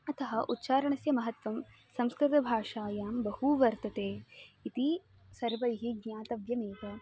अतः उच्चारणस्य महत्वं संस्कृतभाषायां बहु वर्तते इति सर्वैः ज्ञातव्यमेव